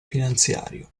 finanziario